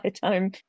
time